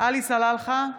עלי סלאלחה,